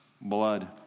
blood